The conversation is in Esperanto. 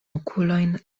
okulojn